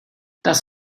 das